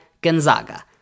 gonzaga